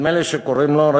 נדמה לי שקוראים לו,